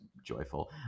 joyful